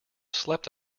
slept